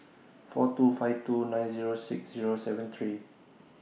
four two five two nine Zero six Zero seven three